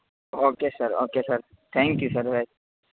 okay sir okay sir thank you sir very